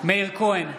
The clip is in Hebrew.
מאיר כהן,